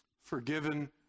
Forgiven